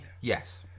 Yes